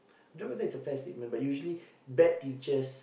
don't know whether it's a fair statement but usually bad teachers